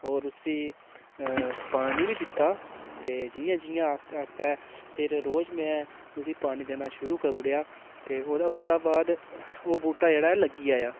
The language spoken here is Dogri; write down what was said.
होर उसी पानी बी दित्ता ते जि'यां जि'यां आस्तै आस्तै रोज में उसी पानी देना शुरू करू उड़ेआ ते ओह्दे कोला बाद ओह् बूह्टा जेह्ड़ा ऐ लग्गी आया